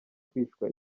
kwicwa